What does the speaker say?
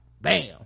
Bam